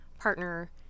partner